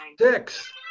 Six